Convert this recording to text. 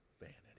vanity